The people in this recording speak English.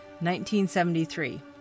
1973